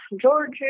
Georgia